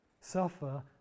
suffer